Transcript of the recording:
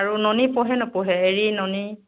আৰু নুনি পোহে নোপোহে এৰী নুনি